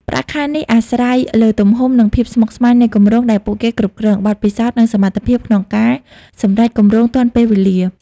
ប្រាក់ខែនេះអាស្រ័យលើទំហំ និងភាពស្មុគស្មាញនៃគម្រោងដែលពួកគេគ្រប់គ្រង បទពិសោធន៍ និងសមត្ថភាពក្នុងការសម្រេចគម្រោងទាន់ពេលវេលា។